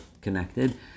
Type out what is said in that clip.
connected